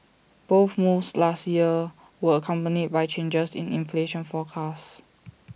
both moves last year were accompanied by changes in inflation forecast